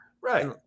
Right